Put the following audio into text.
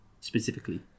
specifically